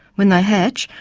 when they hatch,